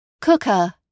cooker